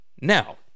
Now